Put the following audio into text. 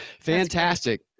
Fantastic